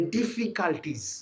difficulties